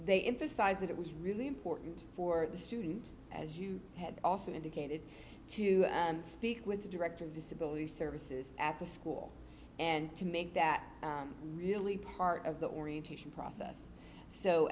they emphasized that it was really important for the student as you had also indicated to speak with the director of disability services at the school and to make that really part of the orientation process so